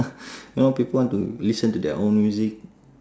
a lot of people want to listen to their own music